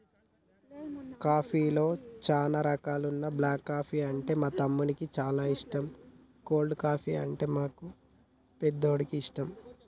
కాఫీలో చానా రకాలున్న బ్లాక్ కాఫీ అంటే మా తమ్మునికి చానా ఇష్టం, కోల్డ్ కాఫీ, అంటే మా పెద్దోడికి ఇష్టం